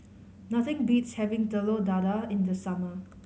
nothing beats having Telur Dadah in the summer